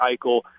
Eichel